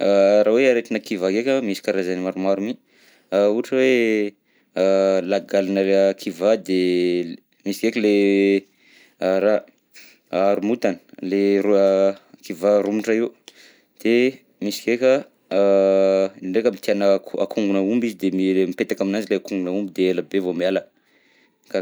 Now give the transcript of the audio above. Raha hoe aretina kivaha ndreka misy karazany maromaro mi, a- ohatra hoe a- lagalina kivà de misy ndreky le a raha haromontana, le ro- a- kivà romotra io, de misy ndreka a ndreka aby tiana kongona omby izy de mipetaka aminanjy le kongona omby de ela be vao miala, ka.